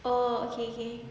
oh okay okay